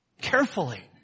carefully